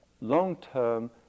long-term